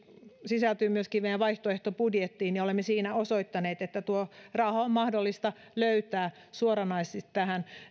sisältyy myöskin meidän vaihtoehtobudjettiin ja olemme siinä osoittaneet että tuo raha on mahdollista löytää suoranaisesti tähän